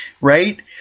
right